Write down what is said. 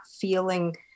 feeling